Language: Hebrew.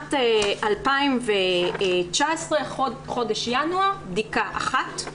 בשנת 2019 חודש ינואר בדיקה אחת,